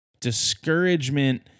Discouragement